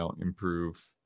improve